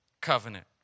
covenant